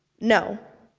no.